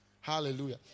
Hallelujah